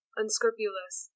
unscrupulous